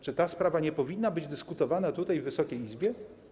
Czy ta sprawa nie powinna być dyskutowana w Wysokiej Izbie?